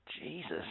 Jesus